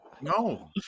no